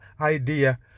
idea